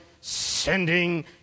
sending